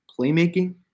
playmaking